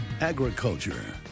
agriculture